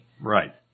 Right